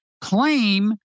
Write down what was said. claim